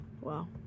Wow